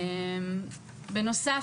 בנוסף,